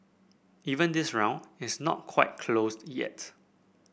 even this round it's not quite closed yet